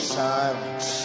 silence